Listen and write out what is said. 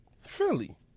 Philly